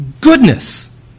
goodness